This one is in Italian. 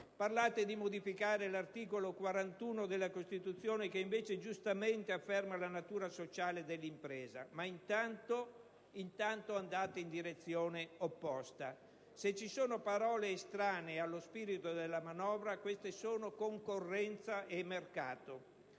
Parlate di modificare l'articolo 41 della Costituzione, che invece giustamente afferma la natura sociale dell'impresa, ma intanto andate in direzione opposta. Se ci sono parole estranee allo spirito della manovra queste sono concorrenza e mercato.